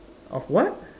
of what